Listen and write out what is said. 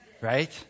Right